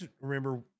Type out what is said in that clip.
remember